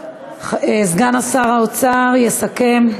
סגן שר האוצר יסכם.